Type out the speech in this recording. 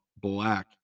Black